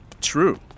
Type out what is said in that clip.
True